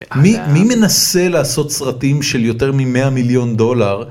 מי מנסה לעשות סרטים של יותר ממאה מיליון דולר.